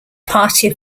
party